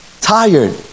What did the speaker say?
tired